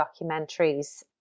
documentaries